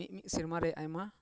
ᱢᱤᱫ ᱢᱤᱫ ᱥᱮᱨᱢᱟ ᱨᱮ ᱟᱭᱢᱟ